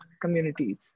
communities